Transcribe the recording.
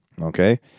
Okay